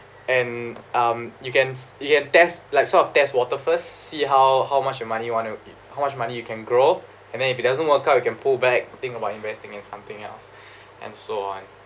and um you can you can test like sort of test water first see how how much money you wanna how much money you can grow and if it doesn't work out you can pullback think about investing in something else and so on